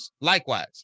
Likewise